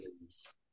games